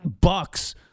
bucks